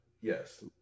Yes